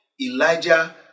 Elijah